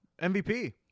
MVP